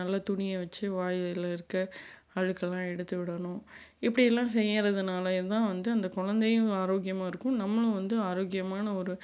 நல்ல துணியை வச்சு வாயில் இருக்கற அழுக்குலாம் எடுத்து விடணும் இப்படியெல்லாம் செய்யிறதுனாலேயேதான் வந்து அந்த குழந்தையும் ஆரோக்கியமாக இருக்கும் நம்மளும் வந்து ஆரோக்கியமான ஒரு